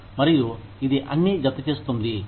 మరియు ఇది అన్ని జతచేస్తుంది